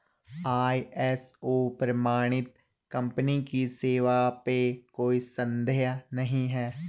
ISO प्रमाणित company की सेवा पे कोई संदेह नहीं है